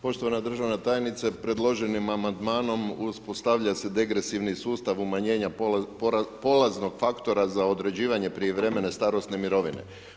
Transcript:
Poštovana državna tajnice, predloženim amandmanom, uspostavlja se degresivni sustav umanjenja polaznog faktora za određivanje prijevremene starosne mirovine.